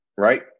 right